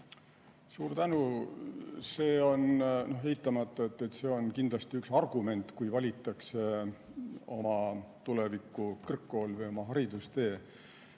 Suur tänu! Eitamata, see on kindlasti üks argument, kui valitakse oma tuleviku kõrgkool, oma haridustee.